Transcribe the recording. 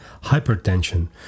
hypertension